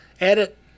edit